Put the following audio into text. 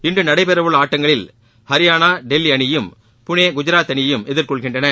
இன்று நடைபெறவுள்ள ஆட்டங்களில் ஹரியாளா டெல்லி அணியையும் புளே குஜராத் அணியையும் எதர்கொள்கின்றன